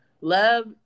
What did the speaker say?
love